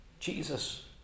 Jesus